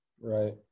Right